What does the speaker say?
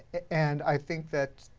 and, i think that